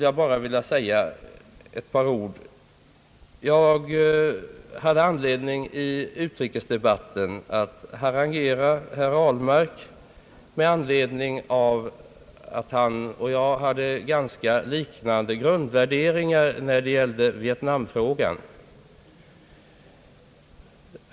Jag hade i utrikesdebatten anledning att harangera herr Ahlmark med anledning av att han och jag hade liknande grundvärderingar i Vietnamfrågan.